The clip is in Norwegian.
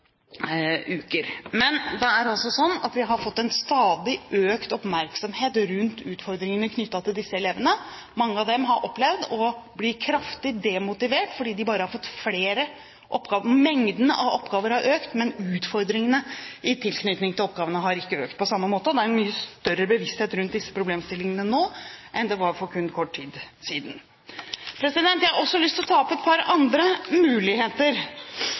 uker. Men det er sånn at vi har fått en stadig økt oppmerksomhet rundt utfordringene knyttet til disse elevene. Mange av dem har opplevd å bli kraftig demotivert fordi mengden av oppgaver har økt, men utfordringene i tilknytning til oppgavene har ikke økt på samme måte. Det er en mye større bevissthet rundt disse problemstillingene nå enn det var for kun kort tid siden. Jeg har også lyst til å ta opp et par andre muligheter